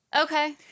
Okay